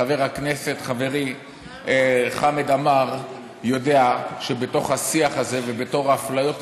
חבר הכנסת חברי חמד עמאר יודע שבתוך השיח הזה ובתוך האפליות האלה,